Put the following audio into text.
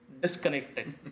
disconnected